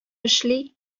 эшли